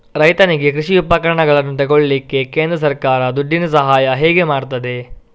ರೈತನಿಗೆ ಕೃಷಿ ಉಪಕರಣಗಳನ್ನು ತೆಗೊಳ್ಳಿಕ್ಕೆ ಕೇಂದ್ರ ಸರ್ಕಾರ ದುಡ್ಡಿನ ಸಹಾಯ ಹೇಗೆ ಮಾಡ್ತದೆ?